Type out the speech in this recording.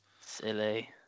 Silly